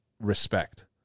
respect